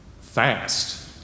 fast